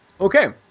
Okay